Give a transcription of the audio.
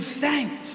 thanks